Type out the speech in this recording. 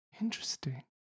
Interesting